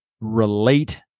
relate